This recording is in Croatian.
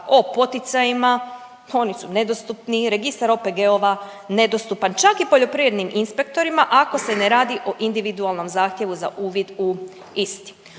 o poticajima, oni su nedostupni, registar OPG-ova nedostupan čak i poljoprivrednim inspektorima ako se ne radi o individualnom zahtjevu za uvid u isti.